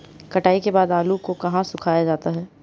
कटाई के बाद आलू को कहाँ सुखाया जाता है?